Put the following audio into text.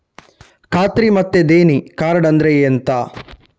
ಖಾತ್ರಿ ಮತ್ತೆ ದೇಣಿ ಕಾರ್ಡ್ ಅಂದ್ರೆ ಎಂತ?